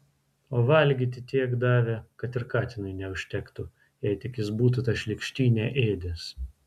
o valgyti tiek davė kad ir katinui neužtektų jei tik jis būtų tą šlykštynę ėdęs